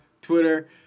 Twitter